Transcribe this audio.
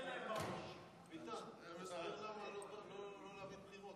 קרע אותם, תראה להם מה זה.